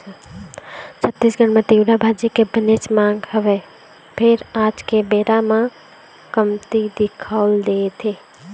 छत्तीसगढ़ म तिंवरा भाजी के बनेच मांग हवय फेर आज के बेरा म कमती दिखउल देथे